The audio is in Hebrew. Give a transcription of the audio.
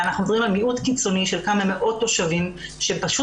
אנחנו מדברים על מיעוט קיצוני של כמה מאות תושבים שהם פשוט